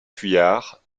fuyards